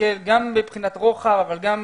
להסתכל גם מבחינת רוחב, אבל גם